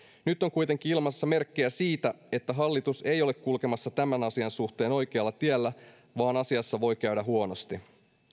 nyt on kuitenkin ilmassa merkkejä siitä että hallitus ei ole kulkemassa tämän asian suhteen oikealla tiellä vaan asiassa voi käydä huonosti